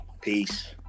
Peace